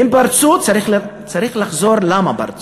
הן פרצו, צריך לחזור למה הן פרצו,